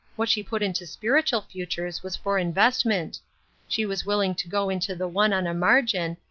what she put into spiritual futures was for investment she was willing to go into the one on a margin,